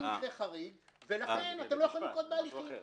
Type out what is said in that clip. אני מקרה חריג, ולכן אתם לא יכולים לנקוט בהליכים.